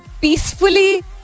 Peacefully